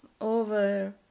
over